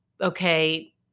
okay